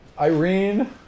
Irene